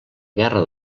guerra